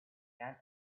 can